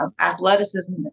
athleticism